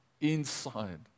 inside